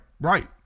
Right